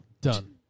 Done